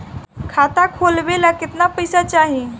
खाता खोलबे ला कितना पैसा चाही?